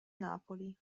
napoli